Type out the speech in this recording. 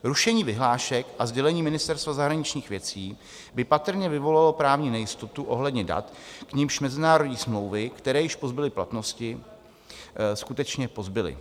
Rušení vyhlášek a sdělení Ministerstva zahraničních věcí by patrně vyvolalo právní nejistotu ohledně dat, k nimž mezinárodní smlouvy, které již pozbyly platnosti, skutečně pozbyly.